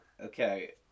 Okay